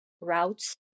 routes